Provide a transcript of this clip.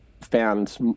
found